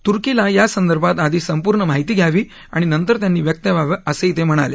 तुर्की ना या संदर्भात आधी संपूर्ण माहिती घ्यावी आणि त्या नंतर व्यक्त व्हावं असंही ते म्हणाले